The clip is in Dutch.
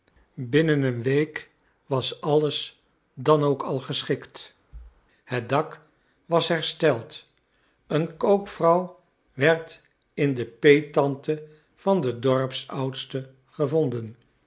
binnen een week was alles dan ook al geschikt het dak was hersteld een kookvrouw werd in de peettante van den dorpsoudste gevonden